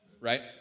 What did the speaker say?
right